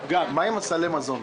מה עם סלי המזון?